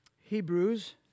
Hebrews